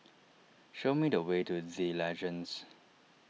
show me the way to the Legends